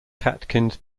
catkins